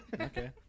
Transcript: Okay